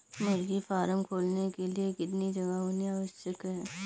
मुर्गी फार्म खोलने के लिए कितनी जगह होनी आवश्यक है?